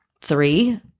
Three